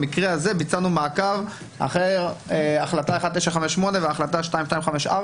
במקרה הזה ביצענו מעקב אחרי החלטה 1958 והחלטה 2254,